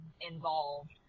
involved